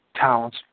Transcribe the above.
towns